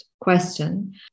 question